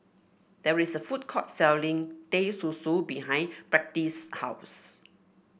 there is a food court selling Teh Susu behind Patrice's house